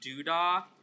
Doodah